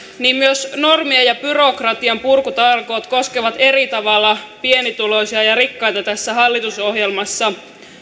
niin myös normien ja byrokratian purkutalkoot koskevat eri tavalla pienituloisia ja rikkaita tässä hallitusohjelmassa